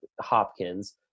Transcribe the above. Hopkins